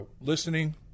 listening –